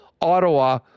Ottawa